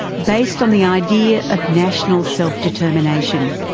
based on the idea of national self-determination.